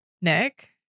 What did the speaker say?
Nick